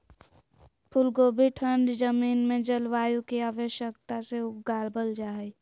फूल कोबी ठंड जमीन में जलवायु की आवश्यकता से उगाबल जा हइ